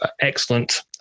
Excellent